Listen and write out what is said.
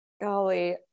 Golly